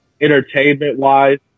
entertainment-wise